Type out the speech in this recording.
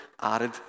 added